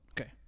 Okay